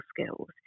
skills